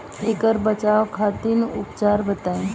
ऐकर बचाव खातिर उपचार बताई?